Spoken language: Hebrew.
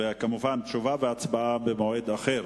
תשובה והצבעה במועד אחר